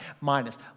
minus